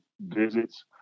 visits